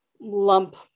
lump